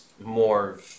more